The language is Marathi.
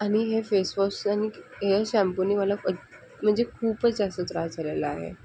आणि हे फेसवॉश आणि हेयर शांम्पूने मला म्हणजे खूपच जास्त त्रास झालेला आहे